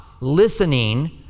listening